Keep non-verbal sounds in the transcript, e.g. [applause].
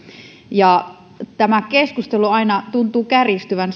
tämä keskustelu aina tuntuu kärjistyvän [unintelligible]